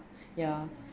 ya